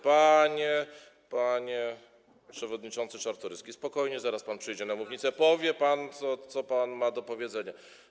Panie przewodniczący Czartoryski, spokojnie, zaraz pan przyjdzie na mównicę i powie pan, co ma pan do powiedzenia.